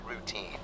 routine